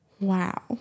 Wow